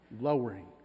lowering